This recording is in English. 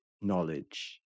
knowledge